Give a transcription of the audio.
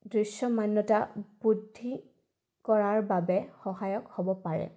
দৃশ্যমান্যতা বৃদ্ধি কৰাৰ বাবে সহায়ক হ'ব পাৰে